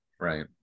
Right